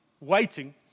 waiting